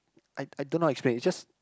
I I don't know actually it's just